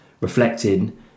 reflecting